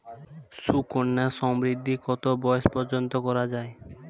সুকন্যা সমৃদ্ধী কত বয়স পর্যন্ত করা যায়?